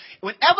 whenever